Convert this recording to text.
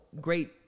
great